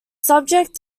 subject